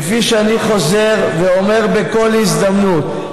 כפי שאני חוזר ואומר בכל הזדמנות,